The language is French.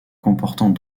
comportant